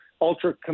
ultra